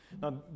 Now